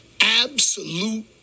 absolute